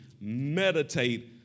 meditate